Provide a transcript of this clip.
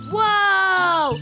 Whoa